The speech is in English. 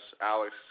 Alex